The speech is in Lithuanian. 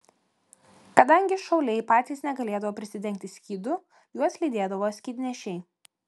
kadangi šauliai patys negalėdavo prisidengti skydu juos lydėdavo skydnešiai